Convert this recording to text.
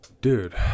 dude